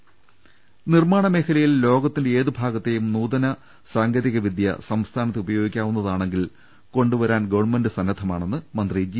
ദർവ്വെട്ടറ നിർമ്മാണ മേഖലയിൽ ലോകത്തിന്റെ ഏതുഭാഗത്തെയും നൂതന സാങ്കേ തികവിദ്യ സംസ്ഥാനത്തുപയോഗിക്കാവുന്നതാണെങ്കിൽ കൊണ്ടുവരാൻ ഗവൺമെന്റ് സന്നദ്ധമാണെന്ന് മന്ത്രി ജി